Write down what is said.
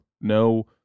no